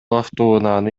автоунааны